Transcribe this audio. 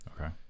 Okay